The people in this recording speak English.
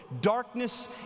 Darkness